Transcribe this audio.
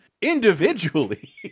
individually